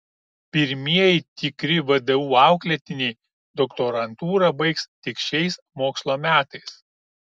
pirmieji tikri vdu auklėtiniai doktorantūrą baigs tik šiais mokslo metais